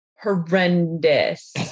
horrendous